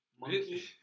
monkey